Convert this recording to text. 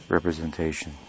representation